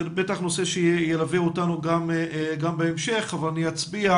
זה בטח נושא שילווה אותנו גם בהמשך אבל אני אצביע